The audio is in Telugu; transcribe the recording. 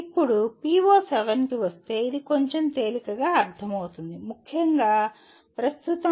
ఇప్పుడు PO7 కి వస్తే ఇది కొంచెం తేలికగా అర్థమవుతుంది ముఖ్యంగా ప్రస్తుతం